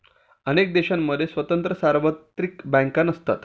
अनेक देशांमध्ये स्वतंत्र सार्वत्रिक बँका नसतात